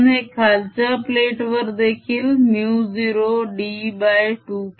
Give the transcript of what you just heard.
dE0d2dKdt म्हणून हे खालच्या प्लेट वर देखील μ0d2K